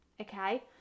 Okay